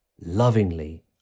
lovingly